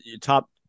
Top